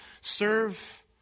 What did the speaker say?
serve